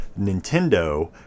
Nintendo